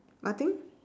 what thing